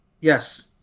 yes